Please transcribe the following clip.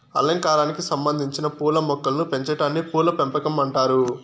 అలంకారానికి సంబందించిన పూల మొక్కలను పెంచాటాన్ని పూల పెంపకం అంటారు